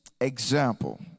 example